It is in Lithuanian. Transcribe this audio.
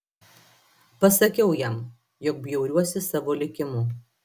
pasakiau jam jog bjauriuosi savo likimu